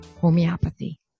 homeopathy